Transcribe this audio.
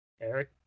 Eric